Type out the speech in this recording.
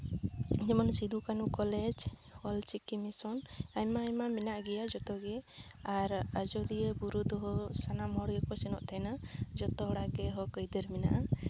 ᱡᱮᱢᱚᱱ Sidhu Kanhu college Ol Chiki mission ᱟᱭᱢᱟ ᱟᱭᱢᱟ ᱢᱮᱱᱟᱜ ᱜᱮᱭᱟ ᱡᱚᱛᱚᱜᱮ ᱟᱨ ᱟᱡᱳᱫᱤᱭᱟᱹ ᱵᱩᱨᱩ ᱫᱚ ᱥᱟᱱᱟᱢ ᱦᱚᱲ ᱜᱮᱠᱚ ᱥᱮᱱᱚᱜ ᱛᱟᱦᱮᱱᱟ ᱡᱚᱛᱚ ᱦᱚᱲᱟᱜ ᱜᱮ ᱦᱚᱸᱠ ᱟᱹᱭᱫᱟᱹᱨ ᱢᱮᱱᱟᱜᱼᱟ